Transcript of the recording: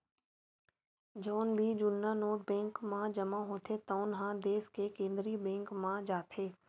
जउन भी जुन्ना नोट बेंक म जमा होथे तउन ह देस के केंद्रीय बेंक म जाथे